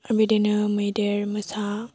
बिदिनो मैदेर मोसा